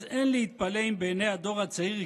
אז אין להתפלא אם בעיני הדור הצעיר היא